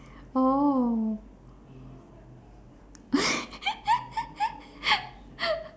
oh